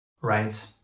right